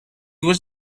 was